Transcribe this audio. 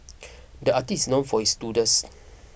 the artist's known for his doodles